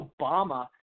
Obama